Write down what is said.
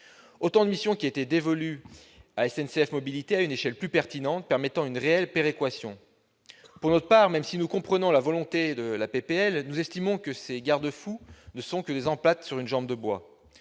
autant de missions qui étaient dévolues à SNCF Mobilités à une échelle plus pertinente, permettant une réelle péréquation. Pour notre part, même si nous comprenons les intentions des auteurs de la proposition de loi, nous estimons que ces garde-fous ne sont que des emplâtres sur une jambe de bois,